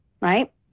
right